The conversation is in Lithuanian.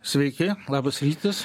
sveiki labas rytas